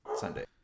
Sunday